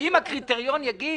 אם הקריטריון יגיד